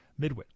midwit